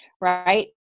right